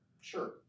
Sure